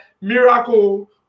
miracle